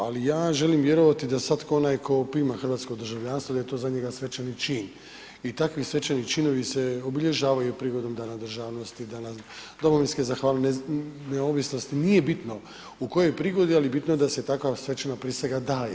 Ali ja želim vjerovati da sad onaj tko ima hrvatsko državljanstvo da je to za njega svečani čin i takvi svečani činovi se obilježavaju prigodom Dana državnosti, Dana domovinske zahvalnosti, neovisnosti, nije bitno u kojoj prigodi ali bitno je da se takva svečana prisega daje.